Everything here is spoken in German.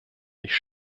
nicht